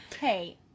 Hey